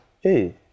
hey